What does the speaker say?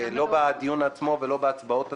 לא בדיון עצמו ולא בהצבעות עצמן.